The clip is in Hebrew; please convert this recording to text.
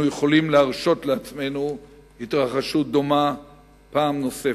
איננו יכולים להרשות לעצמנו התרחשות דומה פעם נוספת.